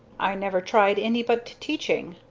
i never tried any but teaching.